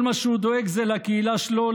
כל מה שהוא דואג זה לקהילה שלו,